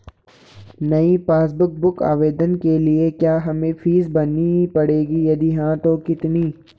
नयी passbook book आवेदन के लिए क्या हमें फीस भरनी पड़ेगी यदि हाँ तो कितनी?